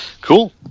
Cool